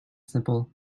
simple